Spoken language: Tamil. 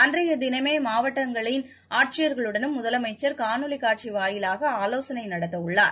அன்றையதினமேமாவட்டங்களின் ஆட்சியர்களுடனும் முதலமைச்சர் காணொலிகாட்சிவாயிலாக ஆலோசனைநடத்தவுள்ளார்